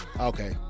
Okay